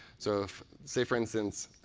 so if say, for instance,